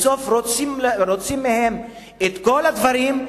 בסוף רוצים מהם את כל הדברים,